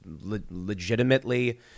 legitimately